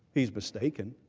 he is mistaken.